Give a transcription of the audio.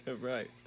right